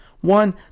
one